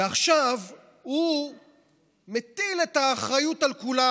ועכשיו הוא מטיל את האחריות על כולם.